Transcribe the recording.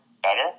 better